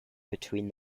between